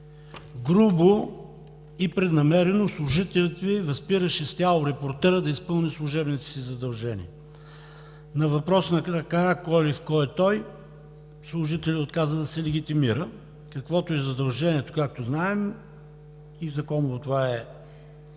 грубо и преднамерено служителят Ви възпираше с тяло репортера да изпълни служебните си задължения. На въпрос на Караколев кой е той, служителят отказа да се легитимира, каквото е задължението, както знаем, и законово това е